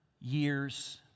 years